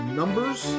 numbers